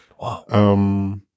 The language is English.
Wow